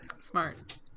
Smart